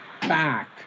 back